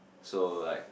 so like